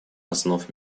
основ